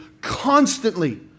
constantly